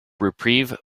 reprieve